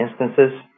instances